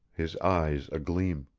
his eyes agleam.